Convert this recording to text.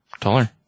Taller